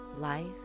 Life